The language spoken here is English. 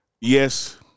Yes